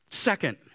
Second